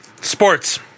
sports